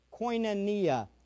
koinonia